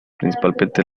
principalmente